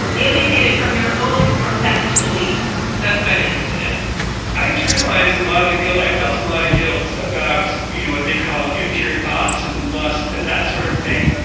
alienated from your own professed beliefs? that's what i'm interested in i internalized a lot of the guilt i felt a lot of guilt about, you know, what they call impure thoughts and lust and that sort of thing.